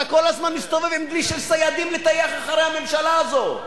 אתה כל הזמן מסתובב עם דלי של סיידים לטייח אחרי הממשלה הזו.